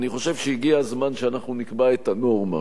אני חושב שהגיע הזמן שאנחנו נקבע את הנורמה,